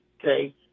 okay